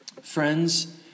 Friends